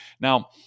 Now